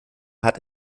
hat